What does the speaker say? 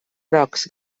grocs